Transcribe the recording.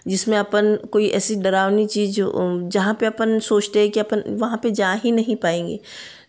जिसमें अपन कोई ऐसी डरावनी चीज़ जो जहाँ पर अपन सोचते हैं कि अपन वहाँ पर जा ही नहीं पाएँगे